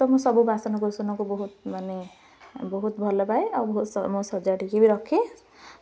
ତ ମୁଁ ସବୁ ବାସନ କୁୁସନକୁ ବହୁତ ମାନେ ବହୁତ ଭଲ ପାଏ ଆଉ ବହୁତ ମୁଁ ସଜାଡ଼ିକି ବି ରଖେ